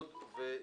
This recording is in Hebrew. שלום,